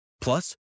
Plus